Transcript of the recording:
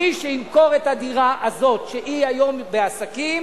מי שימכור את הדירה הזאת, שהיא היום בעסקים,